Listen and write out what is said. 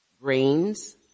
grains